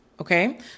okay